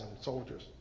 soldiers